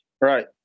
Right